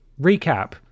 recap